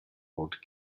old